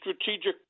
Strategic